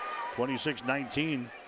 26-19